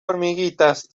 hormiguitas